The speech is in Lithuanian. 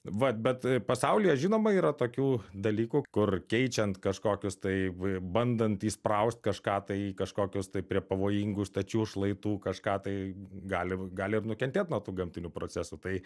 vat bet pasaulyje žinoma yra tokių dalykų kur keičiant kažkokius tai bandant įspraust kažką tai kažkokius tai prie pavojingų stačių šlaitų kažką tai gali gali ir nukentėt nuo tų gamtinių procesų tai